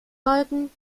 balken